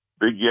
big